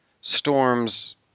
storms